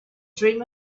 dream